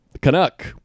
Canuck